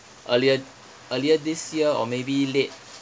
earlier earlier this year or maybe late